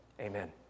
Amen